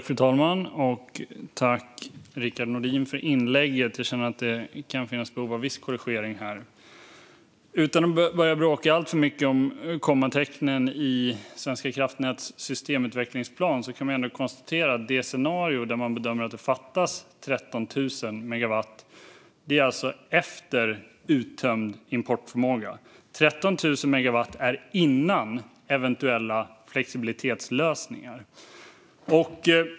Fru talman! Tack för inlägget, Rickard Nordin! Jag känner dock att det kan finnas behov av viss korrigering här. Utan att börja bråka alltför mycket om kommatecknen i Svenska kraftnäts systemutvecklingsplan kan man ändå konstatera att det scenario där man bedömer att det fattas 13 000 megawatt alltså är efter uttömd importförmåga. Det är 13 000 megawatt innan eventuella flexibilitetslösningar.